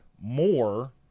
more